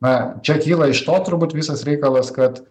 na čia kyla iš to turbūt visas reikalas kad